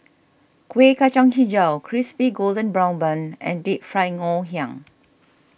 Kueh Kacang HiJau Crispy Golden Brown Bun and Deep Fried Ngoh Hiang